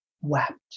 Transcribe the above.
wept